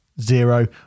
zero